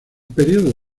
período